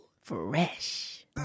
Fresh